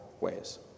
ways